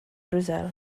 brazil